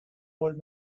old